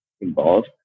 involved